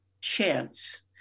chance